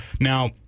Now